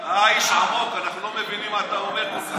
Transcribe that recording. איש עמוק, אנחנו לא מבינים מה אתה אומר כל כך.